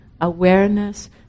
awareness